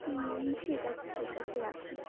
হুম হুম ঠিক আছে ঠিক আছে রাখি